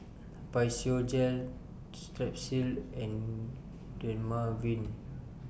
Physiogel Strepsils and Dermaveen